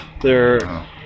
they're-